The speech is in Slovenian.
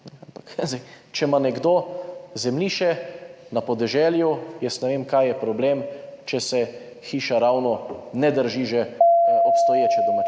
če ima nekdo zemljišče na podeželju, ne vem, kaj je problem, če se hiša ravno ne drži že obstoječe domačije,